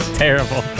terrible